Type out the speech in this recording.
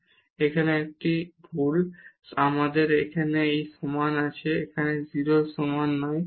এটি এখানে একটি ভুল আমাদের এখানে এই সমান আছে এখানে 0 এর সমান নয়